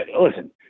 Listen